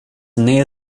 near